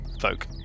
folk